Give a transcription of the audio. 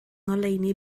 ngoleuni